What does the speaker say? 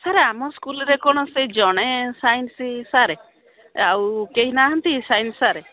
sir ଆମ ସ୍କୁଲରେ କ'ଣ ସେ ଜଣେ ସାଇନ୍ସ ସାର୍ ଆଉ କେହି ନାହାନ୍ତି ସାଇନ୍ସ ସାର୍